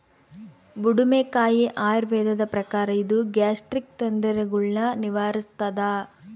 ಬುಡುಮೆಕಾಯಿ ಆಯುರ್ವೇದದ ಪ್ರಕಾರ ಇದು ಗ್ಯಾಸ್ಟ್ರಿಕ್ ತೊಂದರೆಗುಳ್ನ ನಿವಾರಿಸ್ಥಾದ